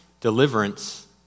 deliverance